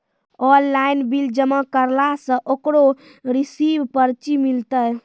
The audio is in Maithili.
ऑनलाइन बिल जमा करला से ओकरौ रिसीव पर्ची मिलतै?